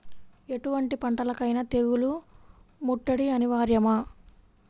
ఎటువంటి పంటలకైన తెగులు ముట్టడి అనివార్యమా?